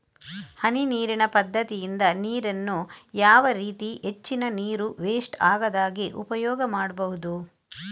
ಹನಿ ನೀರಿನ ಪದ್ಧತಿಯಿಂದ ನೀರಿನ್ನು ಯಾವ ರೀತಿ ಹೆಚ್ಚಿನ ನೀರು ವೆಸ್ಟ್ ಆಗದಾಗೆ ಉಪಯೋಗ ಮಾಡ್ಬಹುದು?